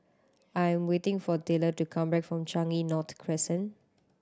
I'm waiting for Taylor to come back from Changi North Crescent